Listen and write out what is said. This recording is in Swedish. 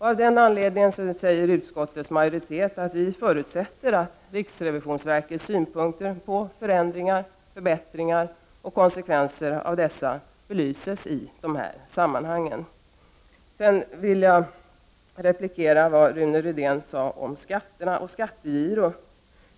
Av den anledningen uttalar utskottets majoritet att den förutsätter att riksrevisionsverkets synpunkter på förändringar, förbättringar och konsekvenser av dessa belyses i detta sammanhang. Sedan vill jag kommentera det som Rune Rydén sade om skatter och skattegiro.